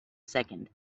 second